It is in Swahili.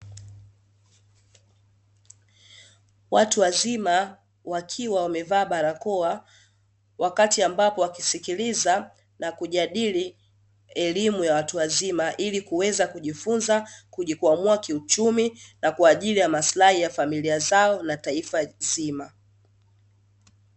Watu wazima, wakiwa wamevaa barakoa, wakati ambapo wakisikiliza na kujadili elimu ya watu wazima ili kuweza kujifunza kujikwamua kiuchumi, na kwa ajili ya maslahi ya familia zao na taifa zima.